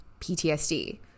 PTSD